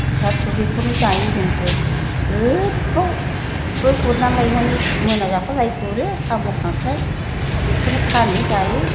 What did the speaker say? फिसा फिसौ बेखौनो जायो जोंबो गोबावबो गुरना लायनानै मोनाजाफालाय गुरो साम' खांख्राइ बेखौनो फानो जायो